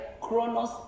chronos